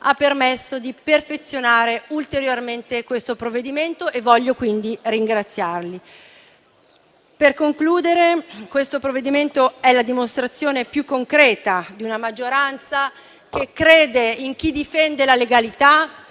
ha permesso di perfezionare ulteriormente questo provvedimento e voglio quindi ringraziarli. Per concludere, questo provvedimento è la dimostrazione più concreta di una maggioranza che crede in chi difende la legalità,